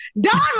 Don